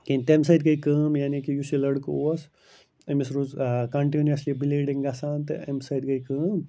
تَمہِ سۭتۍ گٔے کٲم یعنی کہِ یُس یہِ لٔڑکہٕ اوس أمِس روٗز کنٹِنیُسلی بٕلیٖڈِنٛگ گَژھان تہٕ اَمہِ سۭتۍ گٔے کٲم